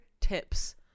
tips